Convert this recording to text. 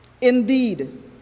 Indeed